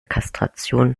kastration